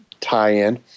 tie-in